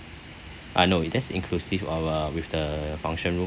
I know that's inclusive of uh with the function room